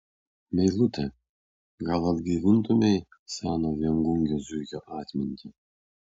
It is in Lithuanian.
meilute gal atgaivintumei seno viengungio zuikio atmintį